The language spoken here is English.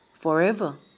forever